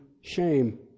shame